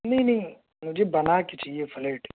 نہیں نہیں مجھے بنا کے چاہیے فلیٹ